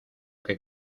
que